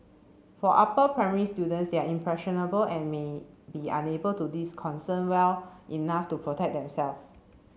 for upper primary students they are impressionable and may be unable to disconcert well enough to protect themselves